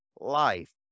life